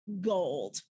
gold